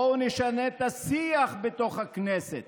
בואו נשנה את השיח בתוך הכנסת